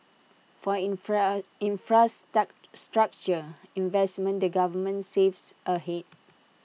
for structure investments the government saves ahead